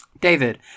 David